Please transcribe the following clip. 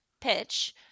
Pitch